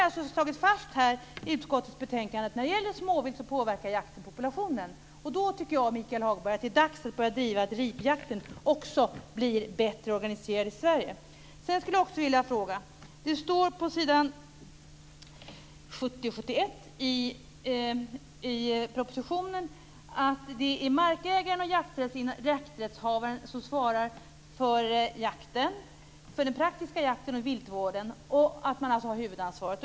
Det har nu i utskottets betänkande slagits fast att jakt påverkar småviltspopulationen. Jag tycker, Michael Hagberg, att det är dags att ripjakten blir bättre organiserad också i Sverige. Jag skulle också vilja ställa en annan fråga. Det står på s. 70-71 i propositionen att det är markägaren och jakträttshavaren som svarar för den praktiska jakten och viltvården. De har alltså huvudansvaret.